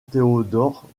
théodore